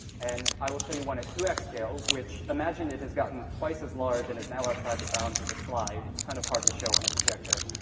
and i will show you one at two x scale which imagine it has gotten twice as large and is now outside the bounds of the slide. it's kind of hard to show on a projector,